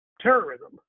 terrorism